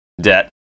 debt